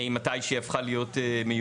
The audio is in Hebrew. ממתי שהיא הפכה להיות מיועדת.